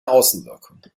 außenwirkung